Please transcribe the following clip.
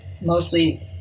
mostly